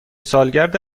سالگرد